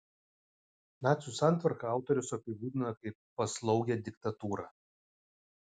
nacių santvarką autorius apibūdina kaip paslaugią diktatūrą